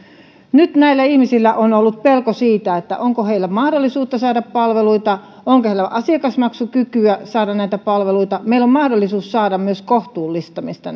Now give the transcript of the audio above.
nyt näillä ihmisillä on ollut pelko siitä onko heillä mahdollisuutta saada palveluita onko heillä asiakasmaksukykyä saada näitä palveluita meillä on mahdollisuus saada myös kohtuullistamista